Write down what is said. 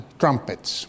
trumpets